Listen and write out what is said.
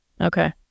Okay